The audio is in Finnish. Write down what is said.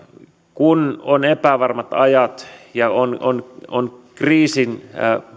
kun on epävarmat ajat ja on on myös kriisin